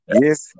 Yes